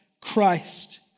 Christ